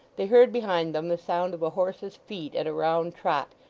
they heard behind them the sound of a horse's feet at a round trot,